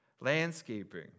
Landscaping